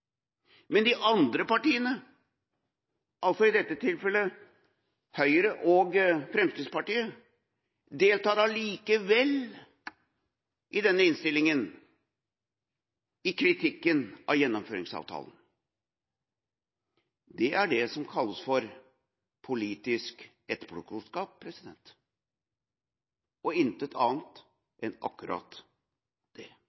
Men de andre partiene, i dette tilfellet Høyre og Fremskrittspartiet, deltar likevel i denne innstillinga i kritikken av Gjennomføringsavtalen. Det er det som kalles politisk etterpåklokskap – intet annet enn akkurat det.